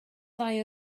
ddau